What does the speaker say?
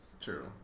True